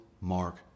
mark